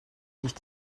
есть